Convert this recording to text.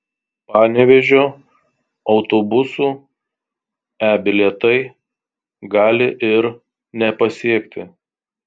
panevėžio autobusų e bilietai gali ir nepasiekti